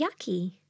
yucky